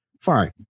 fine